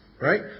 Right